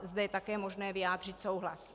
Zde je také možné vyjádřit souhlas.